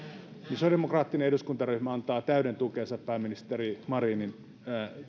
sosiaalidemokraattinen eduskuntaryhmä antaa täyden tukensa tälle pääministeri marinin